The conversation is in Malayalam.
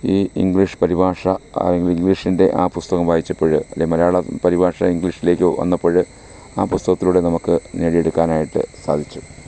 ഈ ഇങ്ക്ളീഷ് പരിഭാഷ അല്ലെങ്കിൽ ഇങ്ക്ളീഷിന്റെ ആ പുസ്തകം വായിച്ചപ്പോൾ അല്ലെ മലയാളം പരിഭാഷ ഇങ്ക്ളീഷിലേക്ക് വന്നപ്പോൾ ആ പുസ്തകത്തിലൂടെ നമുക്ക് നേടിയെടുക്കാനായിട്ട് സാധിച്ചു